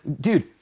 dude